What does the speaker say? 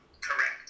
Correct